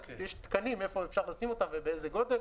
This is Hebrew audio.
אתה לא קובע שהממונה ייתן תנאים לכל ספקי הגז באישור ועדת הכלכלה.